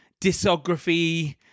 discography